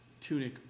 tunic